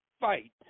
fight